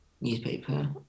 newspaper